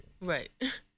Right